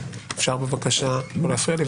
אפשר, בבקשה, לא להפריע לי?